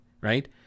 right